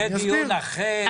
זה דיון אחר.